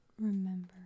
remember